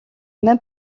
même